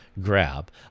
grab